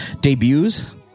debuts